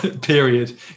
period